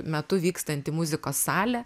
metu vykstanti muzikos salė